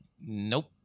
Nope